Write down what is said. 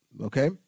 okay